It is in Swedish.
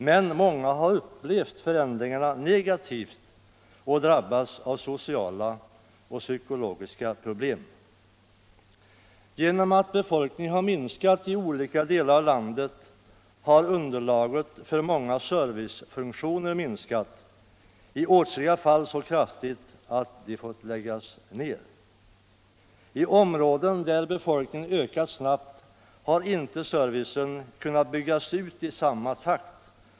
Men många har upplevt förändringarna negativt och drabbats av sociala och psykologiska problem. Genom att befolkningen har minskat i olika delar av landet har också underlaget för många servicefunktioner minskat — i åtskilliga fall så kraftigt att de fått läggas ned. I områden där befolkningen ökat snabbt har servicen inte kunnat byggas ut i samma takt.